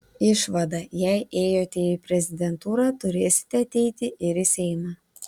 išvada jei ėjote į prezidentūrą turėsite ateiti ir į seimą